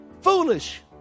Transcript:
foolish